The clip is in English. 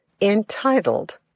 entitled